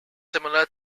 similar